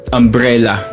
umbrella